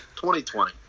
2020